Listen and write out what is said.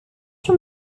from